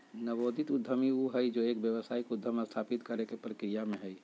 नवोदित उद्यमी ऊ हई जो एक व्यावसायिक उद्यम स्थापित करे के प्रक्रिया में हई